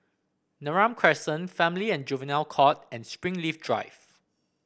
Neram Crescent Family and Juvenile Court and Springleaf Drive